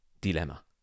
dilemma